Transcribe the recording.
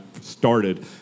started